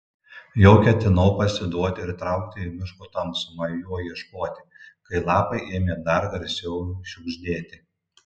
jau ketinau pasiduoti ir traukti į miško tamsumą jo ieškoti kai lapai ėmė dar garsiau šiugždėti